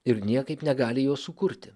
ir niekaip negali jos sukurti